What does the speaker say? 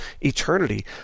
eternity